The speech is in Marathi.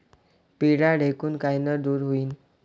पिढ्या ढेकूण कायनं दूर होईन?